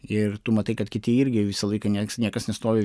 ir tu matai kad kiti irgi visą laiką nieks niekas nestovi